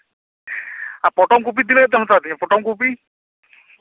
ᱟᱨ ᱯᱚᱴᱚᱢ ᱠᱚᱯᱤ ᱛᱤᱱᱟᱹᱜ ᱠᱟᱛᱮᱢ ᱦᱟᱛᱟᱣ ᱛᱤᱧᱟᱹ ᱯᱚᱴᱚᱢ ᱠᱚᱯᱤ